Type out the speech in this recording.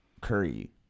Curry